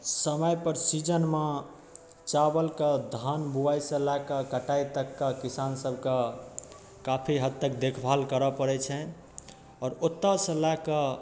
समय पर सीजनमे चावल कऽ धान बुआइसँ लए कऽ कटाइ तक कऽ किसान सब कऽ काफी हद तक देखभाल करऽ पड़ैत छै आओर ओतऽसँ लए कऽ